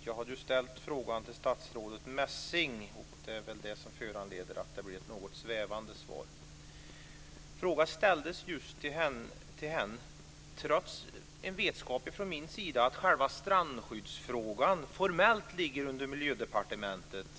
Jag hade ställt frågan till statsrådet Messing. Det är väl det som föranlett att det har blivit ett något svävande svar. Jag ställde frågan just till henne trots en vetskap från min sida att strandskyddsfrågan formellt ligger under Miljödepartementet.